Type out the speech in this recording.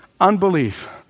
Unbelief